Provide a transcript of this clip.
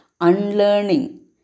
unlearning